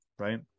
Right